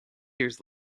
years